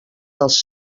dels